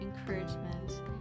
encouragement